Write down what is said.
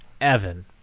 evan